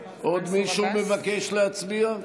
עוד מישהו מבקש להצביע?